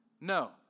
No